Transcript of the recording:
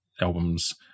albums